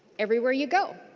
everywhere you go.